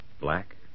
Black